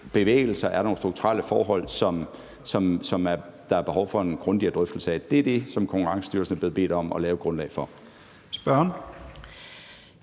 bevægelser og strukturelle forhold, som der er behov for en grundigere drøftelse af. Det er det, Konkurrence- og Forbrugerstyrelsen er blevet bedt om at lave et grundlag for.